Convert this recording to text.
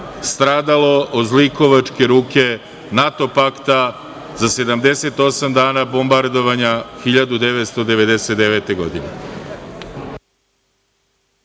stradalo od zlikovačke ruke NATO pakta za 78 dana bombardovanja 1999. godine.